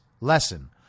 lesson